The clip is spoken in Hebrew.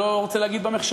אני לא רוצה להגיד במחשכים,